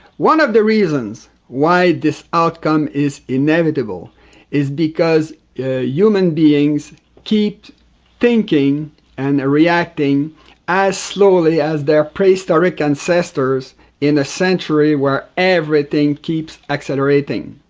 one of the reasons why this outcome is inevitable is because human beings keep thinking and reacting as slowly as their prehistoric ancestors in a century where everything keeps accelerating.